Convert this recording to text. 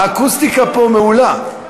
האקוסטיקה פה מעולה.